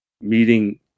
meeting